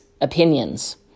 opinions